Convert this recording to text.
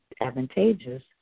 advantageous